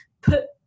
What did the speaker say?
put